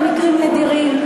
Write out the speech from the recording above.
במקרים נדירים.